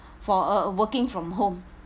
for uh working from home